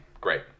Great